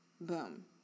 Boom